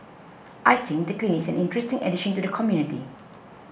I think the clinic is an interesting addition to the community